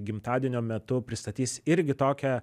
gimtadienio metu pristatys irgi tokią